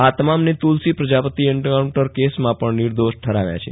આ તમામને તુલસી પ્રજાપતિ એન્કાઉન્ટર કેસમાં પણ નિર્દોષ ઠરાવ્યા છે